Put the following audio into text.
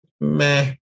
meh